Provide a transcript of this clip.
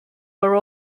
were